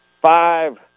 Five